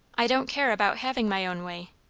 i don't care about having my own way.